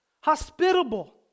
hospitable